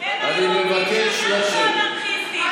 אני מבקש לשבת.